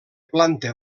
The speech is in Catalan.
planta